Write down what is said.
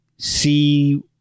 see